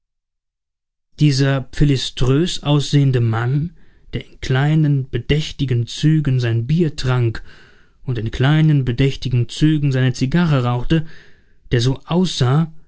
dieser philiströs aussehende mann der in kleinen bedächtigen zügen sein bier trank und in kleinen bedächtigen zügen seine zigarre rauchte der so aussah